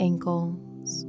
Ankles